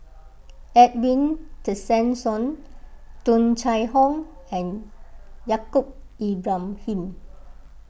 Edwin Tessensohn Tung Chye Hong and Yaacob Ibrahim